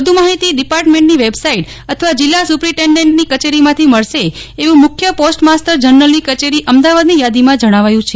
વધુ માહિતી ડિપાર્ટમેન્ટની વેબસાઈટ અથવા જિલ્લા સુપિરટેજેન્ટની કરે એવું મુખ્ય પોસ્ટ માસ્તર જનરલની કયેરી અમદાવાદની યાદીમાં જણાવાયું છે